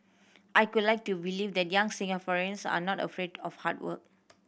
I could like to believe that young Singaporeans are not afraid of hard work